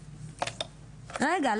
רגע,